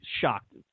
shocked